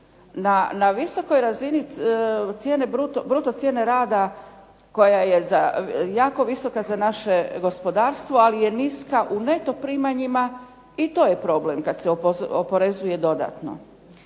Na visokoj razini cijene, bruto cijene rada koja je jako visoka za naše gospodarstvo, ali je niska u neto primanjima i to je problem kad se oporezuje dodatno.